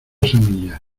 semillas